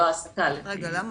למה?